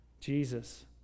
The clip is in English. Jesus